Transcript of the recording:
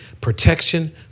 protection